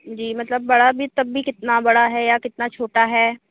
जी मतलब बड़ा भी तब भी कितना बड़ा है या कितना छोटा है